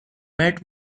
met